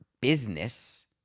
business